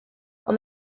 ond